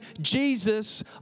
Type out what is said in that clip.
Jesus